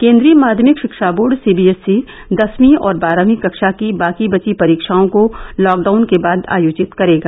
केन्द्रीय माध्यमिक शिक्षा बोर्ड सीबीएसई दसवीं और बारहवीं कक्षा की बाकी बची परीक्षाओं को लॉकडाउन के बाद आयोजित करेगा